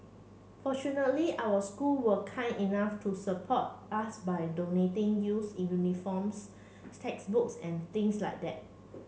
fortunately our school were kind enough to support us by donating use uniforms textbooks and things like that